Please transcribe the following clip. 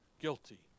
guilty